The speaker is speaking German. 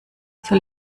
soll